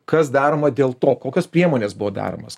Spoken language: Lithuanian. kas daroma dėl to kokios priemonės buvo daromos